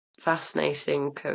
fascinating